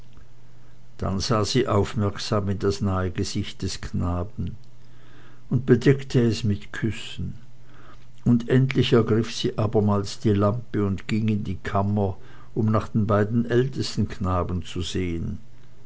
dann sah sie aufmerksam in das nahe gesicht des kindes und bedeckte es mit küssen und endlich ergriff sie abermals die lampe und ging in die kammer um nach den beiden ältesten knaben zu sehen